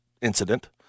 incident